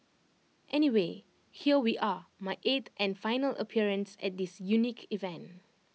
anyway here we are my eighth and final appearance at this unique event